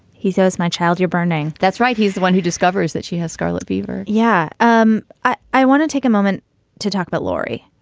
he says, my child, you're burning. that's right. he's the one who discovers that she has scarlet fever. yeah. um i i want to take a moment to talk about laurie.